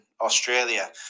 Australia